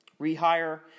rehire